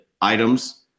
items